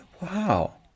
Wow